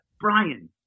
Brian